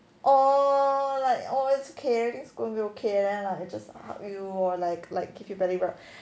oh like oh it's okay it's gonna be okay leh and then like just hug you or like like give you belly rub